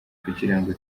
kugirango